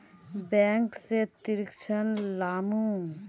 Bank से ऋण लुमू?